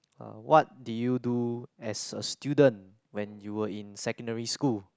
uh what did you do as a student when you're in secondary school